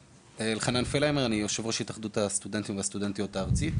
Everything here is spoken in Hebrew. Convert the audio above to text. אני יושב-ראש התאחדות הסטודנטים והסטודנטיות הארצית.